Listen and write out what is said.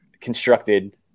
constructed